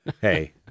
Hey